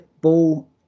ball